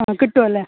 ആ കിട്ടുമല്ലേ